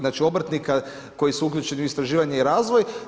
Znači obrtnika koji su uključeni u istraživanje i razvoj.